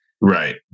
Right